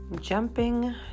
Jumping